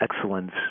excellence